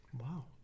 Wow